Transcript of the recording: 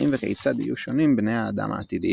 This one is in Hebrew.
האם וכיצד יהיו שונים בני האדם העתידיים.